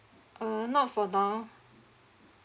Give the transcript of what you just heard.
uh not for now